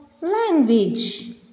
language